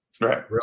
right